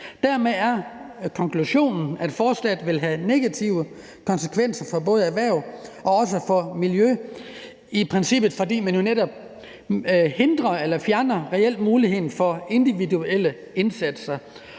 Vores konklusion er, at forslaget vil have negative konsekvenser for både erhverv og miljø, fordi man jo reelt hindrer eller fjerner muligheden for individuelle indsatser.